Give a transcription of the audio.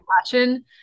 passion